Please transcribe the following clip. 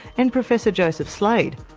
and professor joseph slade,